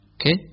Okay